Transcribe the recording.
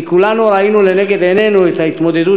כי כולנו ראינו לנגד עינינו את ההתמודדות